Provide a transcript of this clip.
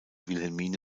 wilhelmine